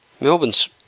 Melbourne's